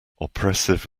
oppressive